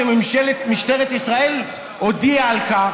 יש פה שתי אפשרויות: או שאתם טוענים שמשטרת ישראל עושה פה פוטש,